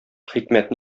хикмәт